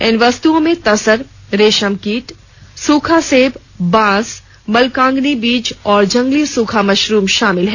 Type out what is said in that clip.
इन वस्तुओं में तसर रेशम कीट सूखा सेव बाँस मलकांगनी बीज और जंगली सूखा मशरूम शामिल हैं